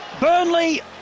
Burnley